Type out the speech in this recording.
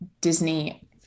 Disney